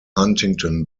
huntington